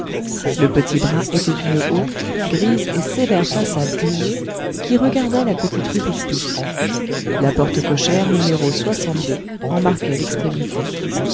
le petit bras était une haute grise et sévère façade grillée qui regardait la petite rue picpus la porte cochère no en marquait l'extrémité